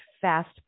fast